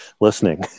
listening